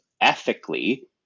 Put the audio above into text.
ethically